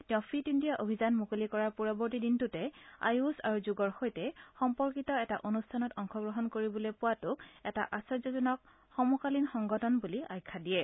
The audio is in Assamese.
তেওঁ ফিট ইণ্ডিয়া অভিযান মুকলি কৰাৰ পৰৱৰ্তী দিনটোতে আয়ুস আৰু যোগৰ সৈতে সম্পৰ্কিত এটা অনূষ্ঠানত অংশ গ্ৰহণ কৰিবলৈ পোৱাটোক এটা আশ্চৰ্য্যজনক সমকালীন সংঘটন বুলি আখ্যা দিয়ে